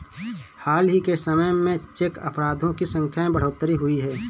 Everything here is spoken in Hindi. हाल ही के समय में चेक अपराधों की संख्या में बढ़ोतरी हुई है